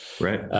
Right